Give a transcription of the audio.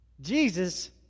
Jesus